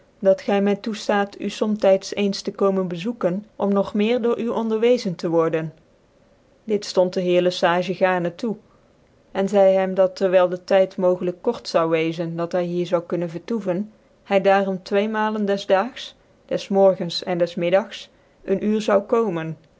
dat gy my toeftaat u zomtyts eens te komen bezoeken om nog meer door u onderwezen te worden dit ftond de heer le sage gaarn toe en zeidc hem dat terwijl dc tyd mogelijk kort zoude weezen dat hy hier zoude kunnen vertoeven hy daarom tweemalen des da igs des morgens en des inijdngs een uur zoude komen